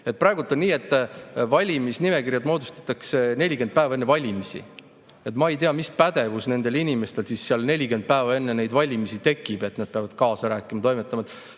Praegu on nii, et valimisnimekirjad moodustatakse 40 päeva enne valimisi. Ma ei tea, mis pädevus nendel inimestel 40 päeva enne valimisi tekib, et nad peavad kaasa rääkima ja toimetama.